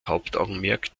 hauptaugenmerk